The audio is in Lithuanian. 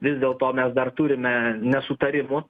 vis dėlto mes dar turime nesutarimų